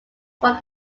from